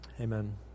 Amen